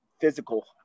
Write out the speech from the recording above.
physical